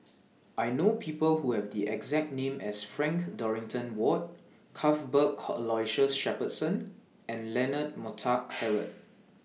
I know People Who Have The exact name as Frank Dorrington Ward Cuthbert Aloysius Shepherdson and Leonard Montague Harrod